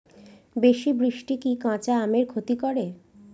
বেশি বৃষ্টি কি কাঁচা আমের ক্ষতি করে?